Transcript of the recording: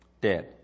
Dead